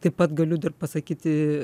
taip pat galiu pasakyti